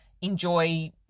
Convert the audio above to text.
enjoy